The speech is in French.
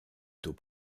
taux